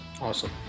Awesome